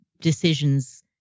decisions